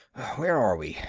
where are we?